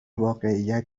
واقعیت